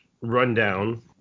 rundown